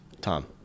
Tom